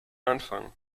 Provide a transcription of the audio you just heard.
anfang